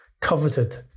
coveted